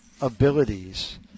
abilities